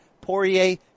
Poirier